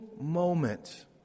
moment